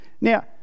Now